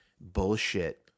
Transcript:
bullshit